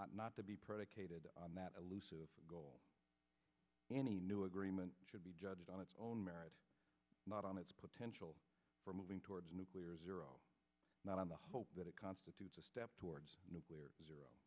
not to be predicated on that elusive goal any new agreement should be judged on its own merit not on its potential for moving towards nuclear not in the hope that it constitutes a step towards nuclear